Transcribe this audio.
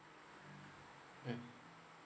mm